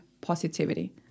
positivity